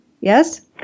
Yes